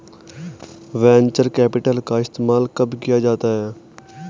Venture capital का इस्तेमाल कब किया जाता है?